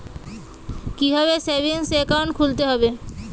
কীভাবে savings account খুলতে হবে?